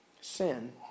Sin